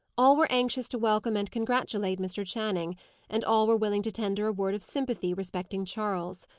all were anxious to welcome and congratulate mr. channing and all were willing to tender a word of sympathy respecting charles.